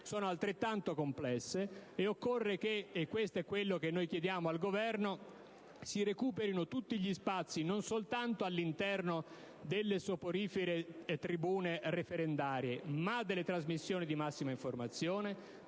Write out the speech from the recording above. sono altrettanto complesse e occorre che - questo è quello che chiediamo al Governo - si recuperino tutti gli spazi, non solo all'interno delle soporifere tribune referendarie, ma anche nelle trasmissioni di massima informazione,